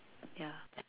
ya